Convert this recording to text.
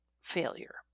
failure